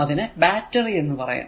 അതിനെ ബാറ്ററി എന്ന് പറയാം